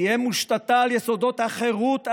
תהא מושתתה על יסודות החירות,